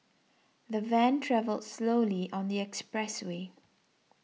the van travelled slowly on the expressway